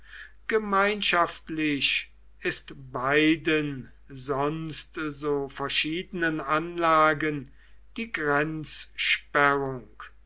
gemeinschaftlich ist beiden sonst so verschiedenen anlagen die